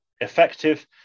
effective